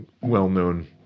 well-known